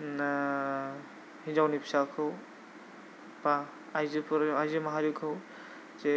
हिनजावनि फिसाखौ बा आयजोफोर आयजो माहारिखौ जे